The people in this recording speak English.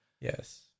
yes